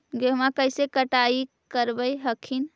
गेहुमा कैसे कटाई करब हखिन?